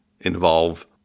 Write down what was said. involve